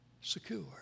secure